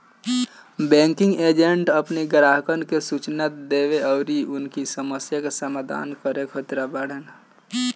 banking agent अपनी ग्राहकन के सूचना देवे अउरी उनकी समस्या के निदान करे खातिर होत बाने